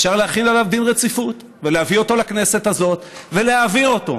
אפשר להחיל עליו דיון רציפות ולהביא אותו לכנסת הזאת ולהעביר אותו.